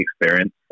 experience